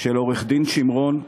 של עורך-הדין שמרון,